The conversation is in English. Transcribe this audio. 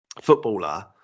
footballer